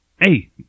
hey